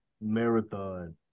Marathon